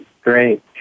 Great